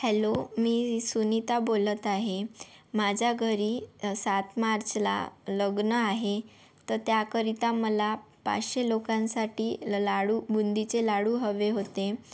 hello मी सुनिता बोलत आहे माझ्या घरी सात मार्चला लग्न आहे तर त्याकरिता मला पाचशे लोकांसाठी लाडू बुंदीचे लाडू हवे होते